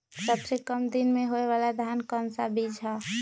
सबसे काम दिन होने वाला धान का कौन सा बीज हैँ?